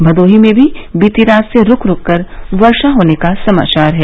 भदोही में भी बीती रात से रूक रूक कर वर्षा होने के समाचार हैं